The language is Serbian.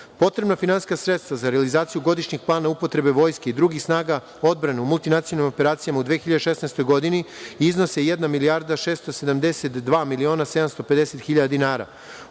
finansijska sredstva za realizaciju godišnjeg plana upotrebe Vojske i drugih snaga odbrane u multinacionalnim operacijama u 2016. godini iznose jedna milijarda 672 miliona 750 hiljada dinara. Od